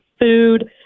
food